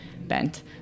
bent